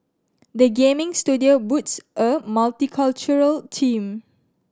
the gaming studio boasts a multicultural team